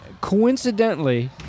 coincidentally